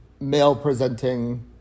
Male-presenting